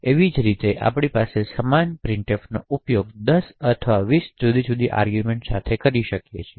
એવી જ રીતે આપણે સમાન પ્રિંટફનો ઉપયોગ 10 અથવા 20 જુદી જુદી આર્ગૂમેંટ સાથે કરી શકીએ છીએ